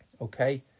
Okay